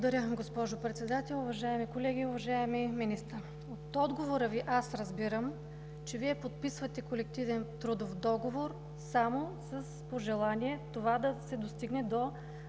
Благодаря, госпожо Председател. Уважаеми колеги! Уважаеми господин Министър, от отговора Ви аз разбирам, че Вие подписвате колективен трудов договор само с пожелание да се достигне до